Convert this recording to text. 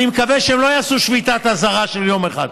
אני מקווה שהם לא יעשו שביתת אזהרה של יום אחד,